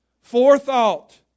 Forethought